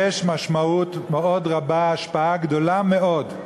יש משמעות רבה מאוד,